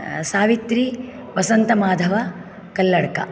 Savitri Vasantamadhava Kalladka